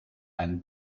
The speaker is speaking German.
einen